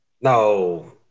No